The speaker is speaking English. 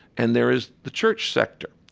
and there is the church sector.